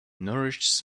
nourishes